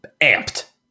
amped